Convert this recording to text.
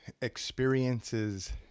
experiences